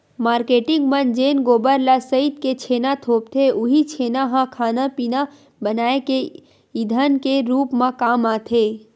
marketing मन जेन गोबर ल सइत के छेना थोपथे उहीं छेना ह खाना पिना बनाए के ईधन के रुप म काम आथे